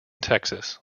texas